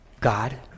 God